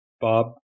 Bob